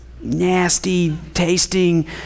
nasty-tasting